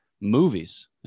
movies